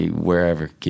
wherever